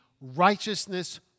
righteousness